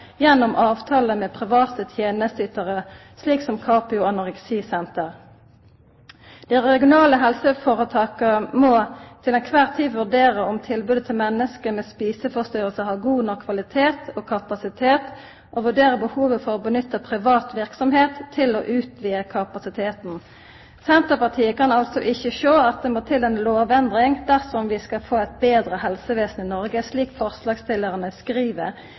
gjennom avtale med private tenesteytarar, som Capio Anoreksi Senter. Dei regionale helseføretaka må til kvar tid vurdera om tilbodet til menneske med spisevanskar har god nok kvalitet og kapasitet, og vurdera behovet for å nytta privat verksemd til å utvida kapasiteten. Senterpartiet kan altså ikkje sjå at det må til ei lovendring dersom vi skal få eit betre helsevesen i Noreg, slik forslagsstillarane skriv